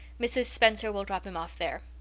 mrs. spencer will drop him off there.